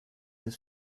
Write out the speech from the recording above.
his